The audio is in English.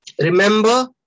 Remember